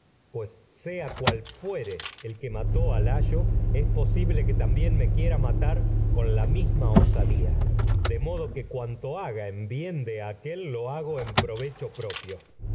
pues cual que mató con layo posi ble que también que me quiera matar la misma osadía de modo cuanto haga en bien de aquél lo hago en provecho taos propio